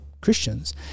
Christians